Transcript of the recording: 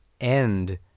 end